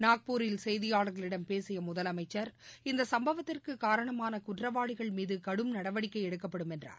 நாக்பூரில் செய்தியாளர்களிடம் பேசிய முதலமைச்சர் இந்த சும்பவத்திற்கு காரணமான குற்றவாளிகள் மீது கடும் நடவடிக்கை எடுக்கப்படும் என்றார்